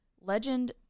legend